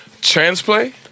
Transplay